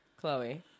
Chloe